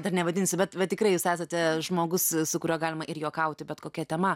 dar nevadinsiu bet bet tikrai jūs esate žmogus su kuriuo galima ir juokauti bet kokia tema